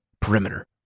Perimeter